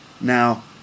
now